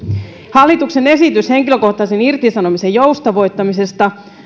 hallituksen esitys henkilökohtaisen irtisanomisen joustavoittamisesta